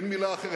אין מלה אחרת,